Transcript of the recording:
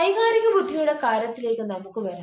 വൈകാരിക ബുദ്ധിയുടെ കാര്യത്തിലേക്ക് നമുക്ക് വരാം